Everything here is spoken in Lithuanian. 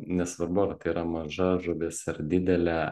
nesvarbu ar tai yra maža žuvis ar didelė